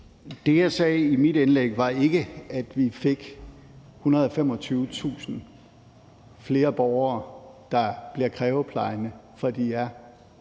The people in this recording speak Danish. Det, jeg sagde i mit indlæg, var ikke, at vi fik 125.000 flere borgere, der bliver plejekrævende, fra de er